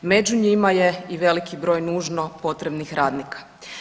Među njima je i veliki broj nužno potrebnih radnika.